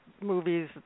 movies